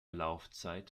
laufzeit